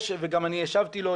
ואני גם השבתי לו,